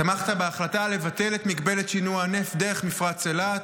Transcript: תמכת בהחלטה לבטל את מגבלת שינוע הנפט דרך מפרץ אילת.